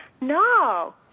no